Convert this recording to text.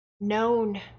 known